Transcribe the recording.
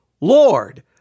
Lord